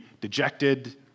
dejected